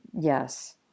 yes